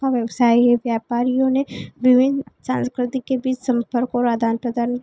का व्यवसाय है व्यापारियों ने विभिन्न सांस्कृति के बीच संपर्क और आदान प्रदान